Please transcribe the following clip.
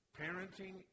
...parenting